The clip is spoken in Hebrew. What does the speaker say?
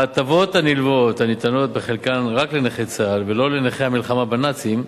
ההטבות הנלוות ניתנות בחלקן רק לנכי צה"ל ולא לנכי המלחמה בנאצים,